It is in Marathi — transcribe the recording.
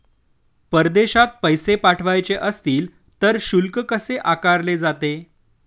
परदेशात पैसे पाठवायचे असतील तर शुल्क कसे आकारले जाते?